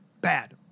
bad